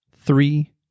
three